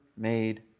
made